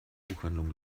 buchhandlung